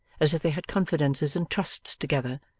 as if they had confidences and trusts together,